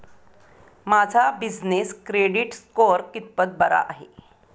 माझा business credit score कितपत बरा आहे?